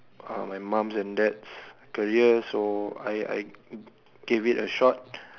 uh my mum's and dad's career so I I gave it a shot